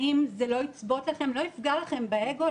האם זה לא יצבוט לכם, לא יפגע לכם באגו?